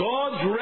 God's